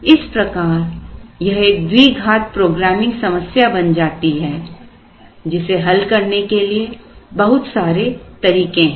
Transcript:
इस प्रकार यह एक द्विघात प्रोग्रामिंग समस्या बन जाती है जिसे हल करने के लिए बहुत सारे तरीके हैं